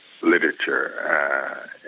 literature